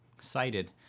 cited